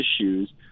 issues